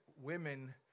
women